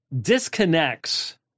disconnects